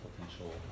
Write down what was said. potential